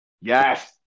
Yes